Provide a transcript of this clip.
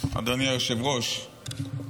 אדוני היושב-ראש,